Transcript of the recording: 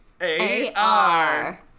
A-R